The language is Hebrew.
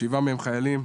שבעה מהם חיילים,